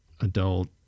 adult